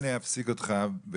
אולי אני אפסיק אותך.